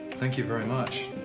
thank you very much.